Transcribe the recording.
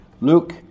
Luke